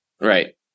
Right